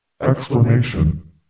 Explanation